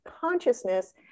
consciousness